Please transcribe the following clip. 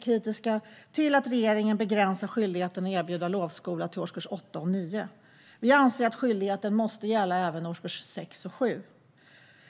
kritiska till att regeringen begränsar skyldigheten att erbjuda lovskola till årskurs 8 och 9. Vi anser att skyldigheten måste gälla även årkurs 6 och 7.